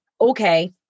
Okay